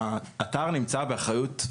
האתר נמצא באחריות,